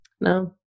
No